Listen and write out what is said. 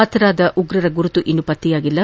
ಹತರಾದ ಉಗ್ರರ ಗುರುತು ಇನ್ನೂ ಪತ್ತೆಯಾಗಿಲ್ಲ